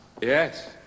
Yes